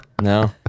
No